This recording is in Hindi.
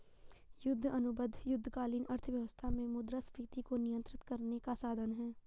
युद्ध अनुबंध युद्धकालीन अर्थव्यवस्था में मुद्रास्फीति को नियंत्रित करने का साधन हैं